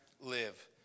live